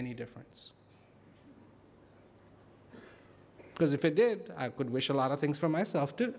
any difference because if it did i could wish a lot of things for myself